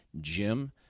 Jim